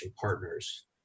partners